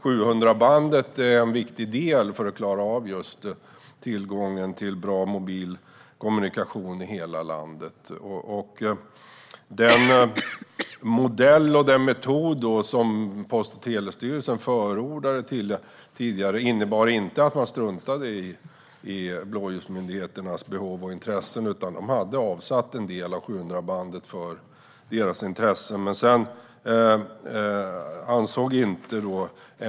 700-megahertzbandet är en viktig del för att klara av just tillgången till bra mobil kommunikation i hela landet. Den modell och metod som Post och telestyrelsen tidigare förordade innebar inte att man struntade i blåljusmyndigheternas behov och intressen, utan man hade avsatt en del av 700-megahertzbandet för detta.